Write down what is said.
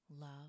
Love